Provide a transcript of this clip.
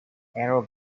aero